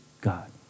God